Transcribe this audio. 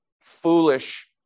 foolish